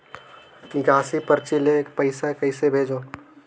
निकासी परची ले पईसा कइसे भेजों?